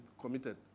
committed